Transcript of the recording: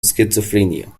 schizophrenia